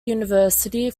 university